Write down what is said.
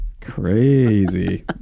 Crazy